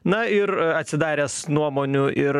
na ir atsidaręs nuomonių ir